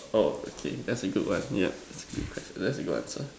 orh okay that's a good one yup that's a good quest~ that's a good answer